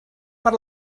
per